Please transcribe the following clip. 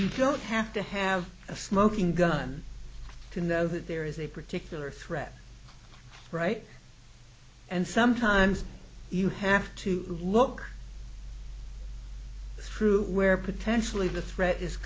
you don't have to have a smoking gun to know that there is a particular threat right and sometimes you have to look through where potentially the threat is